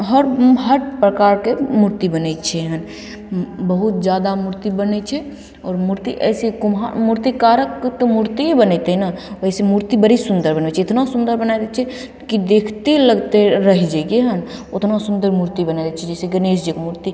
हर हर प्रकारके मूर्ति बनय छै हन बहुत जादा मूर्ति बनय छै आोर मूर्ति अइसे कुम्हार मूर्तिकारक तऽ मूर्ति ही बनेतय ने वैसे मूर्ति बड़ी सुन्दर बनबय छै इतना सुन्दर बनाय दै छै कि देखिते लगतय रहि जइए हम उतना सुन्दर मूर्ति बनाय दै छै जैसे गणेश जीके मूर्ति